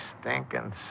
stinking